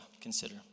consider